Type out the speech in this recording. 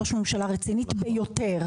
ראש ממשלה רצינית ביותר,